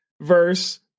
verse